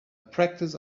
practice